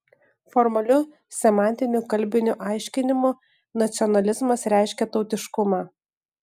formaliu semantiniu kalbiniu aiškinimu nacionalizmas reiškia tautiškumą